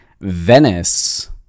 Venice